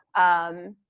um,